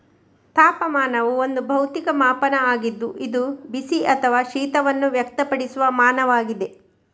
ತಾಪಮಾನವು ಒಂದು ಭೌತಿಕ ಮಾಪನ ಆಗಿದ್ದು ಇದು ಬಿಸಿ ಅಥವಾ ಶೀತವನ್ನು ವ್ಯಕ್ತಪಡಿಸುವ ಮಾನವಾಗಿದೆ